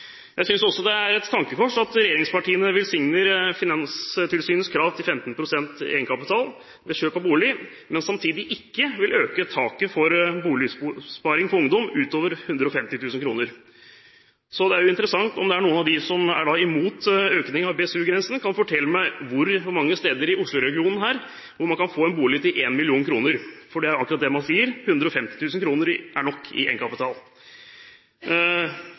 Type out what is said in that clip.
Jeg synes også det er et tankekors at regjeringspartiene velsigner Finanstilsynets krav til 15 pst. egenkapital ved kjøp av bolig, men samtidig ikke vil øke taket for boligsparing for ungdom utover 150 000 kr. Så det er jo interessant om noen av dem som er imot økningen av BSU-grensen, kan fortelle meg hvor mange steder i Oslo-regionen man kan få en bolig til 1 mill. kr, for det er akkurat det man sier: 150 000 kr er nok i